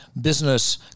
business